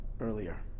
earlier